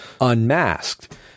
unmasked